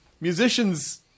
musicians